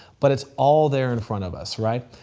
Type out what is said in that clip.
but it's all there in front of us, right?